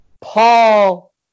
Paul